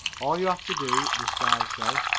all you have to do, this guy says,